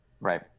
Right